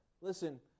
listen